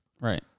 Right